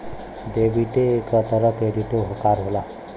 डेबिटे क तरह क्रेडिटो कार्ड होला